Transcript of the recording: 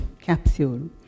capsule